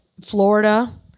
Florida